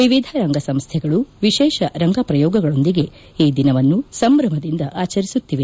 ವಿವಿಧ ರಂಗಸಂಸ್ದೆಗಳು ವಿಶೇಷ ರಂಗ ಪ್ರಯೋಗಗಳೊಂದಿಗೆ ಈ ದಿನವನ್ನು ಸಂಭ್ರಮದಿಂದ ಆಚರಿಸುತ್ತಿದೆ